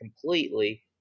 completely